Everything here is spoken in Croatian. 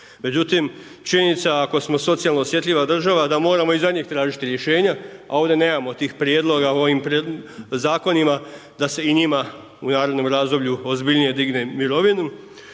Međutim, činjenica ako smo socijalno osjetljiva država da moramo i za njih tražiti rješenja a ovdje nemamo tih prijedloga u ovim zakonima da se i njima u narednom razdoblju ozbiljnije digne mirovinu